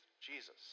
Jesus